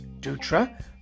Dutra